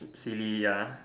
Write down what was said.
silly ya